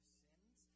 sins